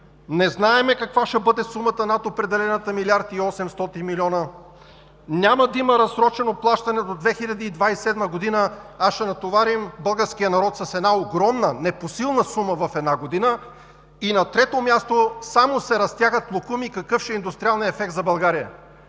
Не знаем каква ще бъде сумата над определената – милиард и 800 милиона. Няма да има разсрочено плащане до 2027 г., а ще натоварим българския народ с една огромна, непосилна сума в една година. И на трето място, само се разтягат локуми какъв ще е индустриалният ефект за България.